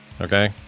okay